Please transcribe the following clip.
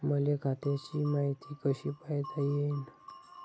मले खात्याची मायती कशी पायता येईन?